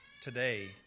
today